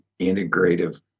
integrative